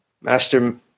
Master